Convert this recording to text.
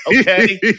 Okay